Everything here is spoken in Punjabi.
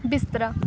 ਬਿਸਤਰਾ